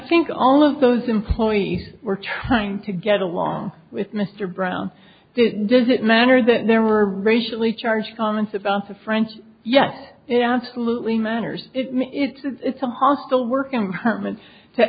think all of those employees were trying to get along with mr brown does it matter that there were racially charged comments about the french yes it absolutely matters it's a hostile work environment to